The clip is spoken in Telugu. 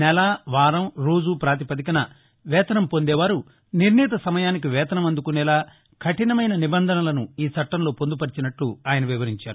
నెల వారం రోజు పాతిపదికన వేతనం పొందేవారు నిర్ణీత సమయానికి వేతనం అందుకునేలా కఠినమైన నిబంధనలను ఈ చట్లంలో పొందుపరిచినట్లు ఆయన వివరించారు